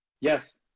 Yes